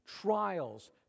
trials